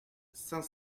cinq